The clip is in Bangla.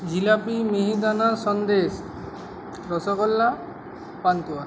জিলাপি মিহিদানা সন্দেশ রসগোল্লা পান্তুয়া